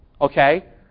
Okay